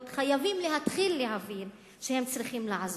חייבים להתחיל להבין שהם צריכים לעזוב,